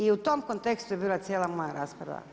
I u tom kontekstu je bila cijela moja rasprava.